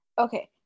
Okay